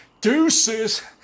deuces